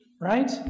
right